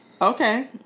Okay